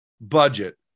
budget